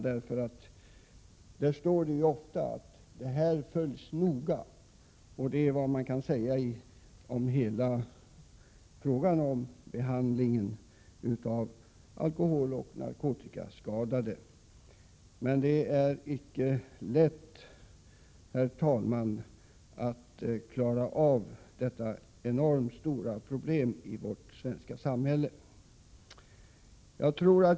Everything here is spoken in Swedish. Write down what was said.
Där står ofta att ärendet följs noga, och detta kan man säga när det gäller behandlingen av alkoholoch narkotikaskadade. Men det är icke lätt, herr talman, att klara upp detta enormt stora problem i vårt svenska samhälle.